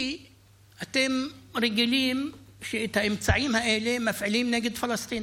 כי אתם רגילים שאת האמצעים האלה מפעילים נגד פלסטינים.